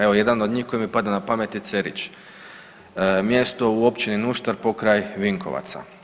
Evo jedan od njih koji mi pada na pamet je Cerić, mjesto u općini Nuštar pokraj Vinkovaca.